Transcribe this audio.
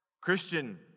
Christian